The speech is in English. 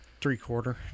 Three-quarter